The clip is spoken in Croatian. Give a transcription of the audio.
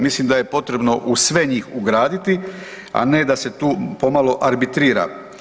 Mislim da je potrebno u sve njih ugraditi, a ne da se tu pomalo arbitrira.